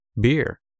beer